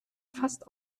fast